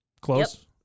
close